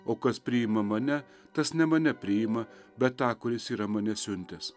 o kas priima mane tas ne mane priima bet tą kuris yra mane siuntęs